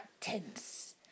tense